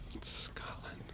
Scotland